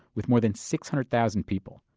with more than six hundred thousand people.